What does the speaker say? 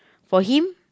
for him